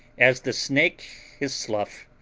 as the snake his slough,